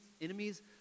enemies